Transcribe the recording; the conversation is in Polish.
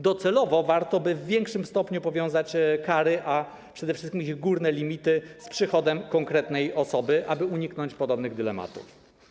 Docelowo warto by w większym stopniu powiązać kary, a przede wszystkim ich górne limity, z przychodem konkretnej osoby, aby uniknąć podobnych dylematów.